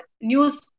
news